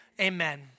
Amen